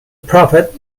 prophet